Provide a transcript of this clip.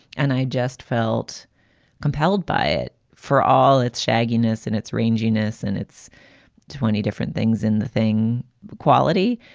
and i just felt compelled by it for all it's bagginess and it's ranging genius. and it's twenty different different things in the thing quality.